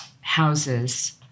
houses